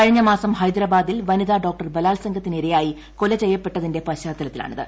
കഴിഞ്ഞ മാസം ഹൈദരാബാദിൽ വനിതാ ഡോക്ടർ ബലാൽസംഗത്തിന് ഇരയായി കൊല ചെയ്യപ്പെട്ടതിന്റെ പശ്ചാത്തലത്തിലാണിത്